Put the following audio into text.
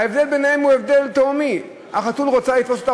ההבדל ביניהם הוא הבדל תהומי: החתול רוצה לתפוס אותו,